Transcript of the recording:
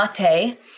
mate